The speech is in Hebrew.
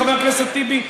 חבר הכנסת טיבי,